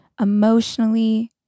emotionally